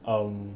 um